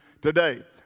today